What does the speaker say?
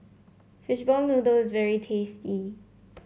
Fishball Noodle is very tasty